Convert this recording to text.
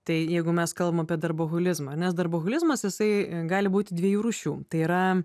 tai jeigu mes kalbam apie darboholizmą nes darboholizmas jisai gali būti dviejų rūšių tai yra